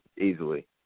easily